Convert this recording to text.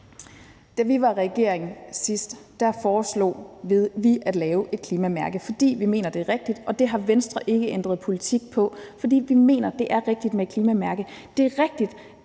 Da vi var i regering sidst, foreslog vi at lave et klimamærke, fordi vi mener, det er rigtigt, og det har Venstre ikke ændret politik på, fordi vi mener, at det er rigtigt med et klimamærke. Det er rigtigt,